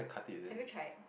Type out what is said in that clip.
have you tried